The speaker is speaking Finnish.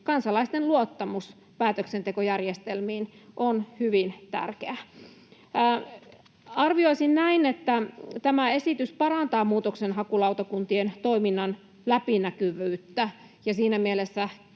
kansalaisten luottamus päätöksentekojärjestelmiin on hyvin tärkeää. Arvioisin, että tämä esitys parantaa muutoksenhakulautakuntien toiminnan läpinäkyvyyttä, ja siinä mielessä